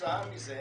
וכתוצאה מזה